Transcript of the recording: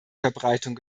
verbreitung